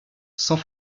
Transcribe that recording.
sans